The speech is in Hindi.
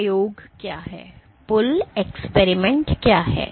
Pull प्रयोग क्या है